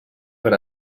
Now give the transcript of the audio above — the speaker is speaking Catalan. per